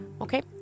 Okay